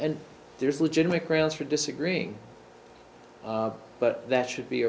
and there's legitimate grounds for disagreeing but that should be